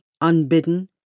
unbidden